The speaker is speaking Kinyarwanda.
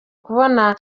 kubona